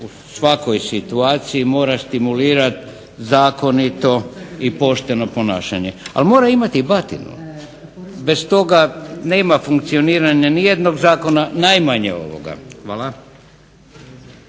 u svakoj situaciji mora stimulirati zakonito i pošteno ponašanje, ali mora imati i batinu. Bez toga nema funkcioniranja nijednog zakona, najmanje ovoga. Hvala.